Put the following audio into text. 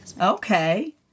okay